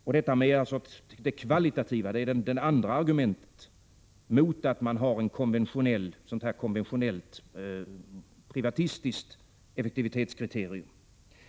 Kvalitetsaspekten är det andra argumentet mot ett konventionellt privatistiskt effektivitetskriterium.